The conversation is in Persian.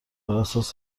اساس